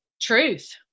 Truth